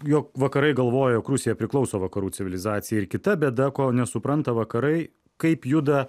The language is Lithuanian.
jog vakarai galvoja jog rusija priklauso vakarų civilizacijai ir kita bėda ko nesupranta vakarai kaip juda